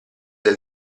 del